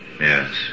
Yes